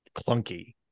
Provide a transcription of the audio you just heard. clunky